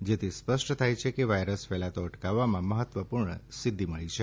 જેથી સ્પષ્ટ થાય છે કે વાયરસ ફેલાતો અટકાવવામાં મહત્વપુર્ણ સિધ્ધી મળી છે